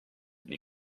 nii